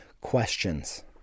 questions